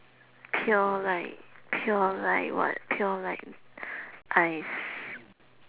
pure like pure like what pure like ice